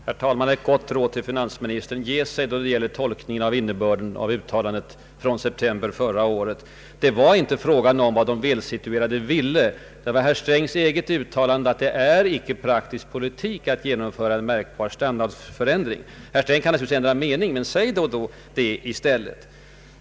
Herr talman! Ett gott råd till finansministern! Ge sig då det gäller tolkningen av innebörden av finansministerns uttalande i september förra året! Det var inte fråga om vad de välsituerade ville, utan om herr Strängs eget uttalande att det ”inte är praktisk politik” att genomföra en märkbar standardförsämring. Herr Sträng kan naturligtvis ändra mening, men säg då det i stället!